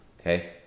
okay